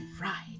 right